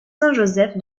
joseph